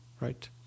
right